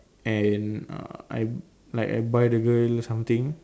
and uh I like I buy the girl something